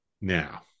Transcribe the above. Now